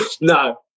No